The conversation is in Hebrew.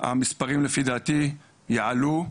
המספרים לפי דעתי, יעלו,